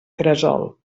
cresol